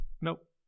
nope